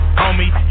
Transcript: homie